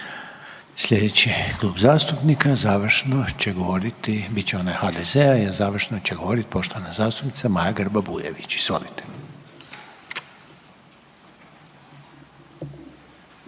Slijedeći Klub zastupnika, završno će govoriti, bit će onaj HDZ-a i završno će govorit poštovana zastupnica Maja Grba Bujević, izvolite.